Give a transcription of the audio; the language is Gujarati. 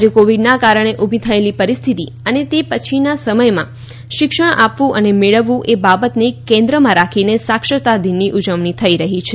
આજે કોવિડના કારણે ઊભી થયેલી પરિસ્થિતિ અને તે પછીના સમયમાં શિક્ષણ આપવું અને મેળવવું એ બાબતને કેન્દ્રમાં રાખીને સાક્ષરતા દિનની ઉજવણી થઇ રહી છે